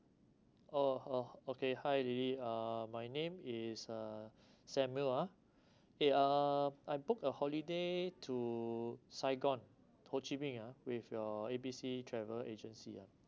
oh oh okay hi lily uh my name is uh samuel ah eh uh I book a holiday to saigon ho chi minh ah with your A B C travel agency ah